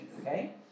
okay